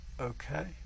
Okay